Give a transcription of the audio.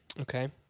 Okay